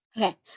okay